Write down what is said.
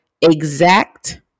exact